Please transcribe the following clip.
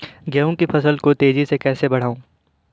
गेहूँ की फसल को तेजी से कैसे बढ़ाऊँ?